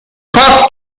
first